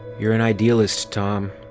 you're an idealist, tom.